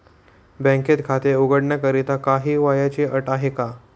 बँकेत खाते उघडण्याकरिता काही वयाची अट आहे का?